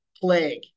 plague